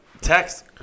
text